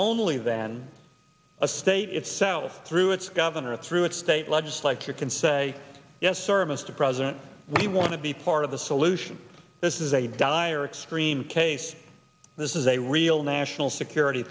only then a state itself through its governor through its state legislature can say yes sir mr president we want to be part of the solution this is a dire extreme case this is a real national security